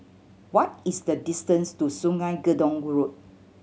what is the distance to Sungei Gedong Road